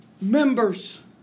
members